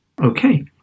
Okay